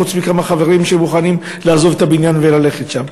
חוץ מכמה חברים שמוכנים לעזוב את הבניין וללכת לשם.